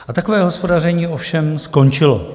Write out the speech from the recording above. A takové hospodaření ovšem skončilo.